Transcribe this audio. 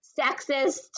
sexist